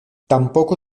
tampoco